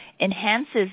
enhances